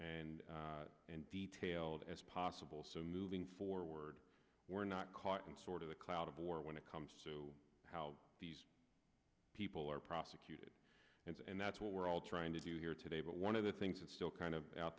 and and detailed as possible so moving forward we're not caught in sort of a cloud of war when it comes to how these people are prosecuted and that's what we're all trying to do here today but one of the things that's still kind of out